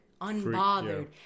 unbothered